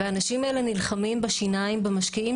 והאנשים האלה נלחמים בשיניים במשקיעים